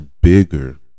bigger